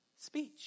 Speech